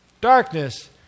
Darkness